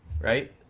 Right